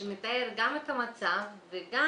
שמתאר את המצב וגם,